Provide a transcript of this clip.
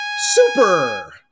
Super